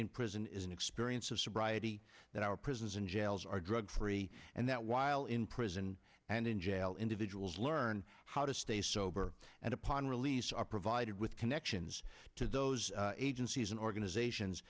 in prison is an experience of sobriety that our prisons and jails are drug free and that while in prison and in jail individuals learn how to stay sober and upon release are provided with connections to those agencies and organizations